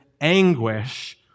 anguish